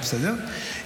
אבל בסדר,